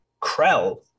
Krell